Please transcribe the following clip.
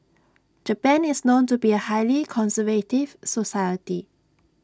Japan is known to be A highly conservative society